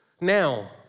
Now